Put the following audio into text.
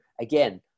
again